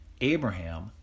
Abraham